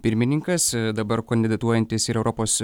pirmininkas dabar kandidatuojantis ir europos